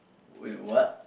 wait what